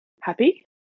happy